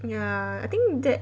ya I think that